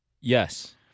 Yes